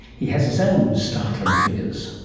he has his own startling figures.